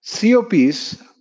COPs